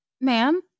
Ma'am